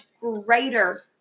greater